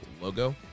logo